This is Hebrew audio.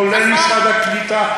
כולל צה"ל, משרד הכלכלה.